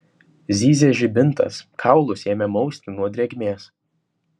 zyzė žibintas kaulus ėmė mausti nuo drėgmės